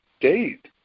date